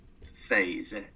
phase